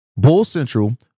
BULLCENTRAL